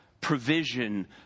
provision